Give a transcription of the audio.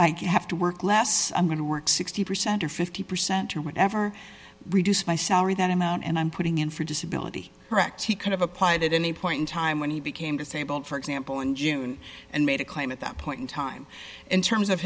say you have to work less i'm going to work sixty percent or fifty percent or whatever reduced my salary that amount and i'm putting in for disability correct he could have applied at any point in time when he became disabled for example in june and made a claim at that point in time in terms of